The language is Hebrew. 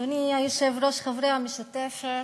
אדוני היושב-ראש, חברי המשותפת